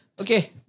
okay